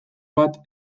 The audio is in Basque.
bat